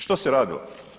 Što se radilo?